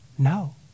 No